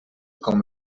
com